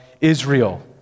Israel